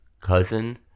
cousin